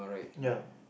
no